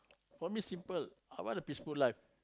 for me simple I want a peaceful life